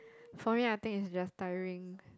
for me I think is just tiring